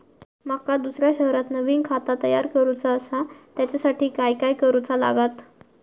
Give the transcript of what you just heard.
माका दुसऱ्या शहरात नवीन खाता तयार करूचा असा त्याच्यासाठी काय काय करू चा लागात?